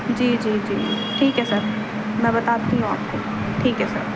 جی جی جی ٹھیک ہے سر میں بتاتی ہوں آپ کو ٹھیک ہے سر